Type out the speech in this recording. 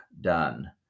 done